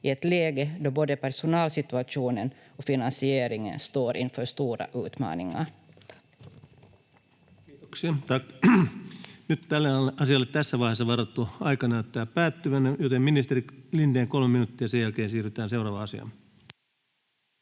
ett läge då både personalsituationen och finansieringen står inför stora utmaningar. — Tack. Kiitoksia, tack. — Nyt tälle asialle tässä vaiheessa varattu aika näyttää päättyvän, joten ministeri Lindén, kolme minuuttia, ja sen jälkeen siirrytään seuraavaan asiaan.